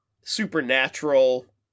supernatural